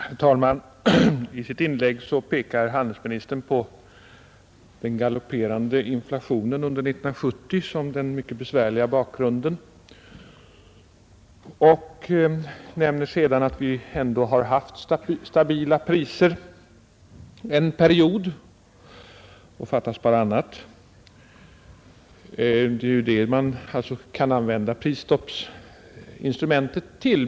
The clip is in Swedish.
Herr talman! I sitt inlägg pekar handelsministern på den galopperande inflationen under 1970 som den mycket besvärliga bakgrunden, och han nämner sedan att vi ändå har haft stabila priser en period. Fattas bara annat, det är ju det man kan använda prisstoppsinstrumentet till.